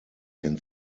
can